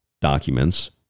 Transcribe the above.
documents